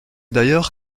d’ailleurs